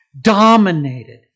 dominated